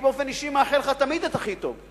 אני באופן אישי מאחל לך תמיד את הכי טוב,